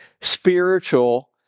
spiritual